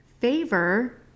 favor